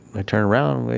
i turned around?